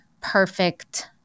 perfect